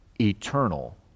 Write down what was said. eternal